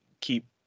keep